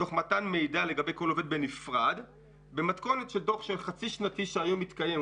תוך מתן מידע לגבי כל עובד בנפרד במתכונת של דוח חצי שנתי שמתקיים היום,